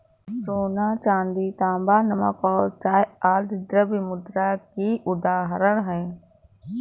सोना, चांदी, तांबा, नमक और चाय आदि द्रव्य मुद्रा की उदाहरण हैं